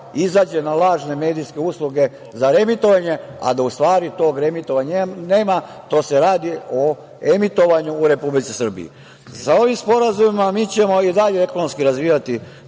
izađe na lažne medijske usluge za reemitovanje, a da u stvari tog reemitovanja nema, to se radi o emitovanju u Republici Srbiji. Sa ovim sporazumima mi ćemo i dalje ekonomski razvijati